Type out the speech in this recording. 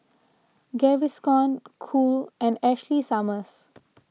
Gaviscon Cool and Ashley Summers